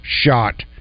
shot